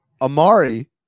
amari